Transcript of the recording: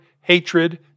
hatred